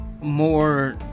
more